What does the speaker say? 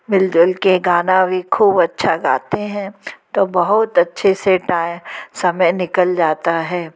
मिल जुल के गाना भी खूब अच्छा गाते हैं तो बहुत अच्छे से टाइ समय निकल जाता है